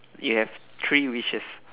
you have three wishes